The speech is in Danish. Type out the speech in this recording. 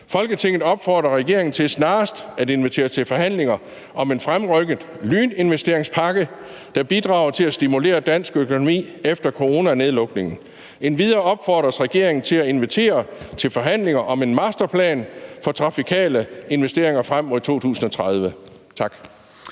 Folketinget opfordrer regeringen til snarest at invitere til forhandlinger om en fremrykket lyninvesteringspakke, der bidrager til at stimulere dansk økonomi efter coronanedlukningen. Endvidere opfordres regeringen til at invitere til forhandlinger om en masterplan for trafikale investeringer frem mod 2030.«